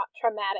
traumatic